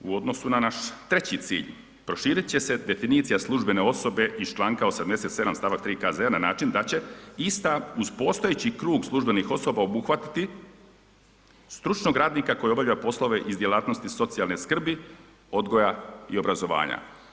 U odnosu na naš treći cilj, proširit će se definicija službene osobe iz članka 87. stavak 3. KZ na način da će ista uz postojeći krug službenih osoba obuhvatiti stručnog radnika koji obavlja poslove iz djelatnosti socijalne skrbi, odgoja i obrazovanja.